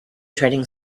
trading